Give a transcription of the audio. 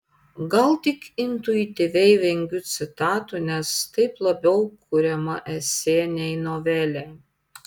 gal tik intuityviai vengiu citatų nes taip labiau kuriama esė nei novelė